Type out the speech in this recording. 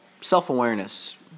self-awareness